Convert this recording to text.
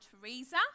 Teresa